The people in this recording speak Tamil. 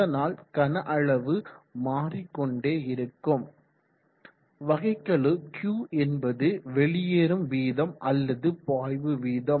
இதனால் கன அளவு மாறிக்கொண்டே இருக்கும் வகைக்கெழு Q என்பது வெளியேறும் வீதம் அல்லது பாய்வு வீதம்